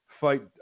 fight